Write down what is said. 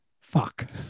Fuck